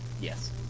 Yes